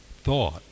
thought